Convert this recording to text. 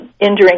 injuring